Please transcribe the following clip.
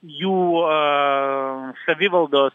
jų savivaldos